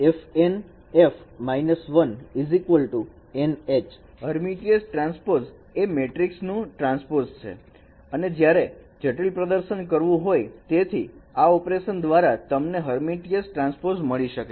ℱN ℱ −1 NH Hermitian transpose એ matrix નું transpose છે અને તમારે જટિલ પ્રદર્શન કરવું જોઈએ જેથી આ ઓપરેશન દ્વારા તમને હર્મીટીયન ટ્રાન્સપોજ મળી શકે